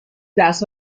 درس